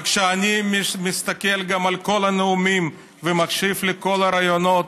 וכשאני מסתכל על כל הנאומים ומקשיב לכל הרעיונות,